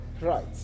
Right